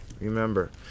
remember